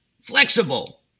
flexible